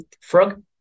frog